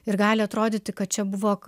ir gali atrodyti kad čia buvo